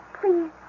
please